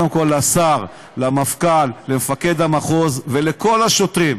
קודם כול לשר, למפכ"ל, למפקד המחוז ולכל השוטרים.